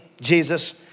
Jesus